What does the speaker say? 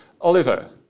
Oliver